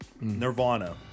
Nirvana